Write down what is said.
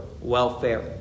welfare